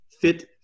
fit